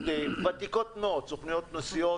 נסיעות ותיקות מאוד סוכנויות נסיעות,